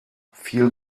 viel